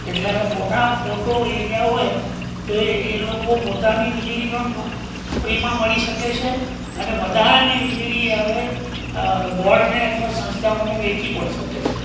એટલે મોટા મોટું એરિયા હોય તો એ એ લોકો પોતાની વીજળી પણ ફ્રીમાં મળી શકે છે અને વધારાની વીજળી હવે બોર્ડને અથવા સંસ્થાઓને વેચી પણ શકે છે